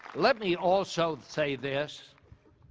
let me also say this.